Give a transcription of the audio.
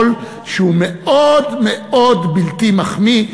עול שהוא מאוד מאוד בלתי מחמיא,